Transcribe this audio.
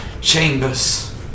chambers